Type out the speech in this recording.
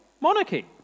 monarchy